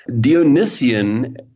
Dionysian